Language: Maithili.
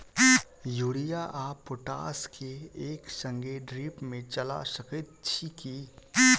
यूरिया आ पोटाश केँ एक संगे ड्रिप मे चला सकैत छी की?